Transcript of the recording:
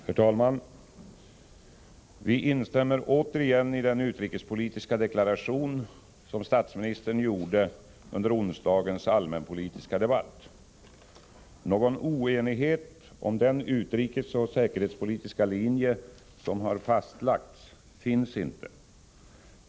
Herr talman! Vi instämmer återigen i den utrikespolitiska deklaration som statsministern gjorde under onsdagens allmänpolitiska debatt. Någon oenighet om den utrikesoch säkerhetspolitiska linje som har fastlagts finns inte.